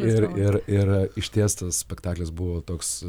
ir ir ir ištiestas spektaklis buvo toks